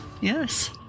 Yes